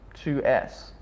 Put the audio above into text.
2S